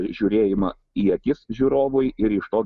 žiūrėjimą į akis žiūrovui ir iš to